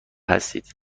هستید